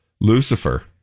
Lucifer